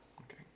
Okay